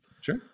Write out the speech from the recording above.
Sure